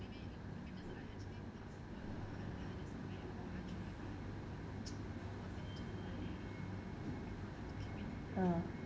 uh